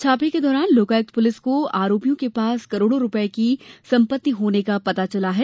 छापे के दौरान लोकायुक्त पुलिस को आरोपियों के पास करोड़ो की सम्पत्ति होने का पता चला है